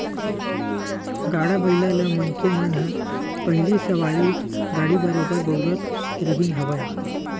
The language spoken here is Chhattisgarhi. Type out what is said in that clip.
गाड़ा बइला ल मनखे मन ह पहिली सवारी गाड़ी बरोबर बउरत रिहिन हवय